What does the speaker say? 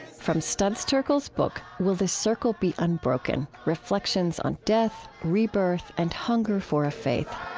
from studs terkel's book will the circle be unbroken? reflections on death, rebirth, and hunger for a faith